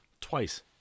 Twice